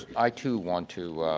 i, too, want to